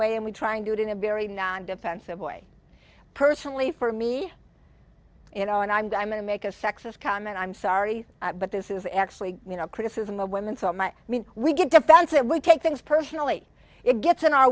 way and we try and do it in a very non defensive way personally for me you know and i'm going to make a sexist comment i'm sorry but this is actually you know criticism of women so much i mean we get defensive we take things personally it gets in our